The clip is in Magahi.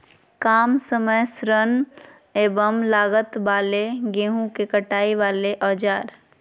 काम समय श्रम एवं लागत वाले गेहूं के कटाई वाले औजार?